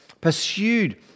pursued